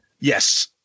Yes